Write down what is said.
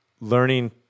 learning